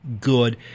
good